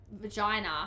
vagina